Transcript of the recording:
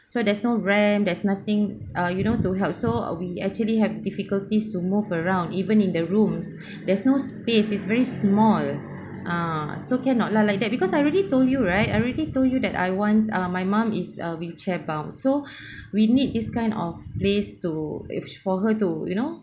so there is no ramp there's nothing uh you know to help so uh we actually have difficulties to move around even in the rooms there's no space is very small ah so cannot lah like that because I already told you right I already told you that I want ah my mom is uh wheelchair bound so we need this kind of place to which for her to you know